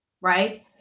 right